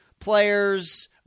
players